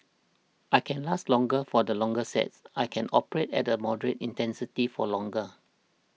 I can last longer for the longer sets I can operate at a moderate intensity for longer